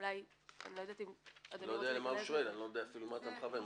אם אדוני רוצה לקבל --- אני לא יודע לאן אתה מכוון.